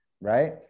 right